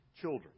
children